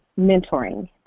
mentoring